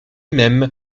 même